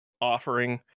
offering